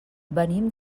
venim